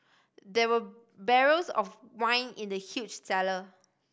there were barrels of wine in the huge cellar